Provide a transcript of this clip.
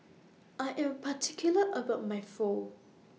I Am particular about My Pho